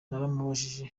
naramubajije